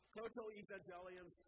Proto-evangelium